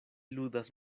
ludas